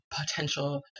potential